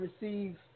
receive